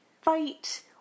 fight